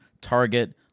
Target